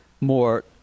more